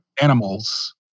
animals